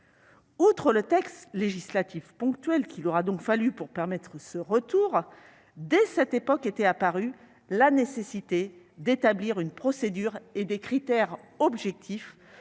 Outre le texte législatif ponctuel qu'il aura donc fallu pour permettre ce retour, dès cette époque était apparue la nécessité d'établir une procédure et des critères objectifs